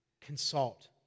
consult